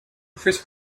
chris